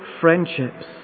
friendships